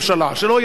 שלא יהיה ספק,